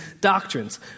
doctrines